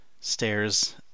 stairs